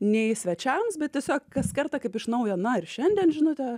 nei svečiam bet tiesiog kaskart kaip iš naujo na ir šiandien žinutę